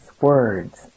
words